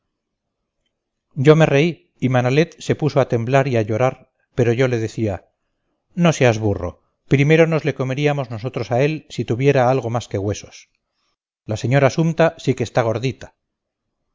yo me reí y manalet se puso a temblar y a llorar pero yo le decía no seas burro primero nos le comeríamos nosotros a él si tuviera algo más que huesos la señora sumta sí que está gordita